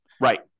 Right